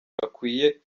bakwiye